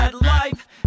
life